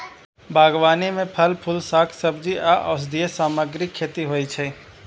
बागबानी मे फल, फूल, शाक, सब्जी आ औषधीय सामग्रीक खेती होइ छै